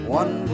one